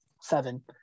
seven